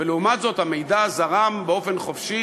ולעומת זאת המידע זרם באופן חופשי,